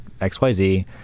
XYZ